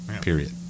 period